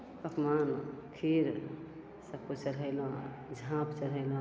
पकमान खीर सबकिछु चढ़ेलहुँ झाँप चढ़ेलहुँ